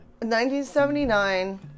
1979